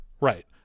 right